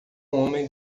homem